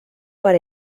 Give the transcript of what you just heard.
per